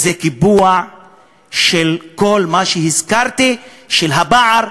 זה קיבוע של כל מה שהזכרתי: של הפער,